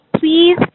please